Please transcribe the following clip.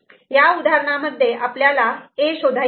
या उदाहरणांमध्ये आपल्याला A' शोधायचा आहे